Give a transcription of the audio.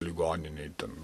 ligoninėj ten